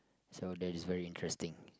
so that's very interesting